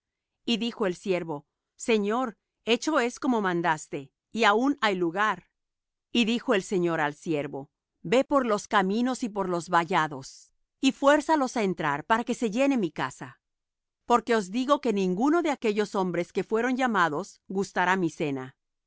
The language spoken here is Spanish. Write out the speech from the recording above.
y dijo el siervo señor hecho es como mandaste y aun hay lugar y dijo el señor al siervo ve por los caminos y por los vallados y fuérza los á entrar para que se llene mi casa porque os digo que ninguno de aquellos hombres que fueron llamados gustará mi cena